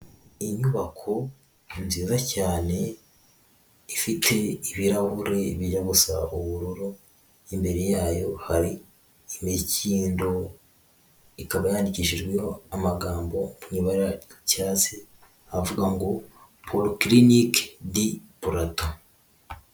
Inyubako nziza cyane ifite ibirahuri bijya gusa ubururu, imbere yayo hari imikindo, ikaba yandikishijweho amagambo mu ibara ry'icuatsi avuga ngo Policlinique du Plateau.